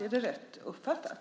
Är det rätt uppfattat?